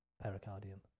pericardium